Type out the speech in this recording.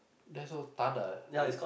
that's so